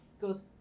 goes